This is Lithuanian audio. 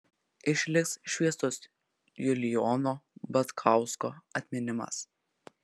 išliks šviesus julijono babkausko atminimas